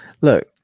look